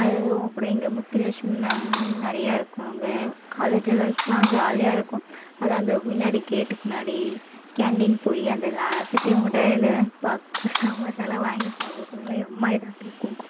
அதுவும் கூட எங்கள் முத்துலெக்ஷ்மி மேம் நிறையா இருக்கோங்க காலேஜ் லைஃப்லாம் ஜாலியாக இருக்கும் அது அந்த முன்னாடி கேட்டுக்கு முன்னாடி கேன்டீன் போய் அந்த லா குச்சிமுட்டாய் அந்த பப்ஸ் சமோசாலாம் வாங்கி சாப்பிட சொல்ல எம்மா இதாட்ட இருக்கும்